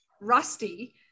Rusty